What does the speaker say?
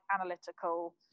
analytical